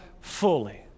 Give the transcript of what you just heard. fully